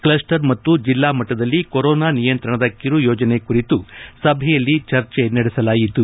cluster ಮತ್ತು ಜಿಲ್ಲಾ ಮಟ್ಟದಲ್ಲಿ ಕೊರೋನಾ ನಿಯಂತ್ರಣದ ಕಿರು ಯೋಜನೆ ಕುರಿತು ಸಭೆಯಲ್ಲಿ ಚರ್ಚಿ ನಡೆಸಲಾಯಿತು